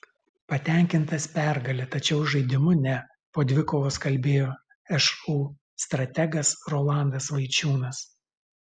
patenkintas pergale tačiau žaidimu ne po dvikovos kalbėjo šu strategas rolandas vaičiūnas